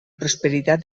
prosperidad